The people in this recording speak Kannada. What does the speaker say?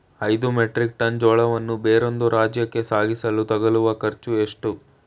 ಐದು ಮೆಟ್ರಿಕ್ ಟನ್ ಜೋಳವನ್ನು ಬೇರೊಂದು ರಾಜ್ಯಕ್ಕೆ ಸಾಗಿಸಲು ತಗಲುವ ಖರ್ಚು ಎಷ್ಟು?